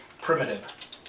Primitive